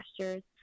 pastures